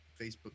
Facebook